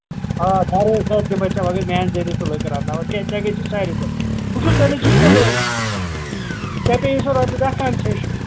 آ گَرٕے ہیٚتھ دِمَے ژےٚ بہٕ مگر میٛانہِ ذریعہِ ژٕ لٔکٕر اَنناوَکھ بیٚیہِ ژےٚ گژھِی سارِوٕے کھۄتہٕ بہٕ چھُس تٔمِس نِش تُلٲنی ژےٚ پیٚیہِ سۄ رۄپیہِ دَاہ کَنسیشَن